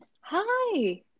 Hi